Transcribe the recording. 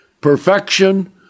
Perfection